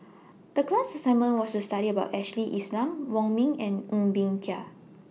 The class assignment was to study about Ashley Isham Wong Ming and Ng Bee Kia